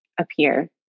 appear